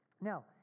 Now